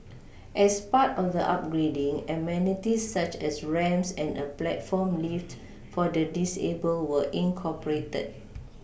as part of the upgrading amenities such as ramps and a platform lift for the disabled were incorporated